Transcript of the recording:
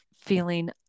feeling